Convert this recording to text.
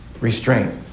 restraint